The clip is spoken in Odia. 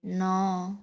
ନଅ